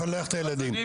לפלח את הילדים -- אדוני,